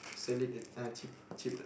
sell it at uh cheap cheap [what]